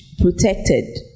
protected